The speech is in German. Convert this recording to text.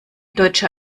deutscher